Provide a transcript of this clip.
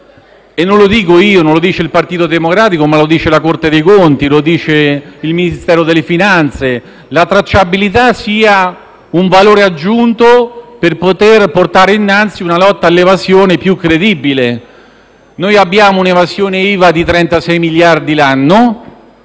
e non lo dico io, non lo dice il Partito Democratico, ma lo dicono la Corte dei conti e il Ministero delle finanze - la tracciabilità sia un valore aggiunto per poter portare innanzi una lotta all'evasione più credibile. Noi abbiamo un'evasione IVA di 36 miliardi l'anno,